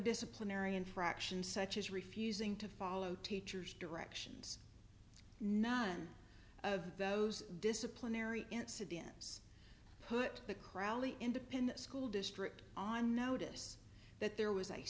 disciplinary infractions such as refusing to follow teachers directions none of those disciplinary incidents put the crowley independent school district on notice that there was a